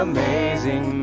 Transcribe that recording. amazing